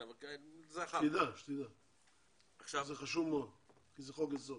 זה חשוב מאוד כי זה חוק יסוד.